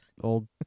old